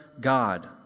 God